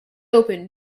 open